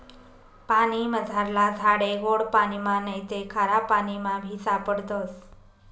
पानीमझारला झाडे गोड पाणिमा नैते खारापाणीमाबी सापडतस